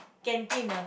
canteen ah